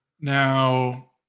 Now –